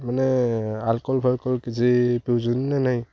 ମାନେ ଆଲ୍କହଲ୍ ଫାଲ୍କହଲ୍ କିଛି ପିଉଛନ୍ତି ନା ନାଇଁ